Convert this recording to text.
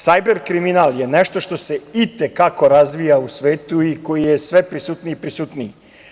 Sajber kriminal je nešto što se i te kako razvija u svetu i koji je sve prisutniji i prisutniji.